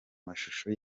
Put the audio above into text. mashusho